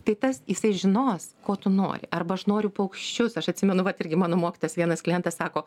tai tas jisai žinos ko tu nori arba aš noriu paukščius aš atsimenu vat irgi mano mokytojas vienas klientas sako